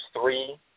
three